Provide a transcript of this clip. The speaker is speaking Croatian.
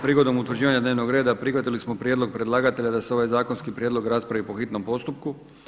Prigodom utvrđivanja dnevnog reda prihvatili smo prijedlog predlagatelja da se ovaj zakonski prijedlog raspravi po hitnom postupku.